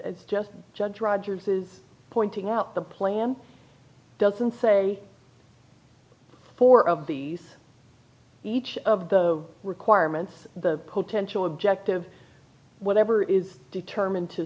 it's just judge rogers is pointing out the plan doesn't say four of these each of the requirements the potential objective whatever is determined to